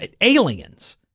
Aliens